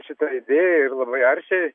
šitai idėjai ir labai aršiai